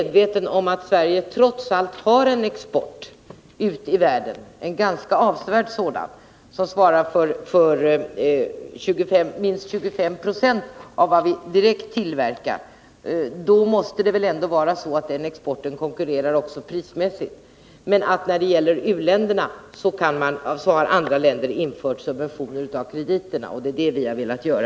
Då Sverige trots allt har en ganska avsevärd export, som svarar för minst 25 96 av vad vi direkt tillverkar, måste den exporten konkurrera också prismässigt. Men när det gäller u-länderna har andra länder infört subventioner av krediterna. Det är vad vi också har velat göra.